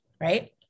right